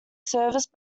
service